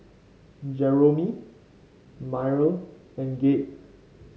Jeromy Myrle and Gabe